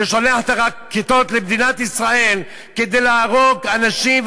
ששולח את הרקטות למדינת ישראל כדי להרוג אנשים,